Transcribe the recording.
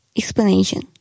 explanation